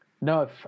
No